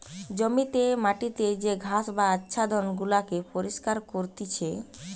জমিতে মাটিতে যে ঘাস বা আচ্ছাদন গুলাকে পরিষ্কার করতিছে